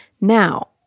Now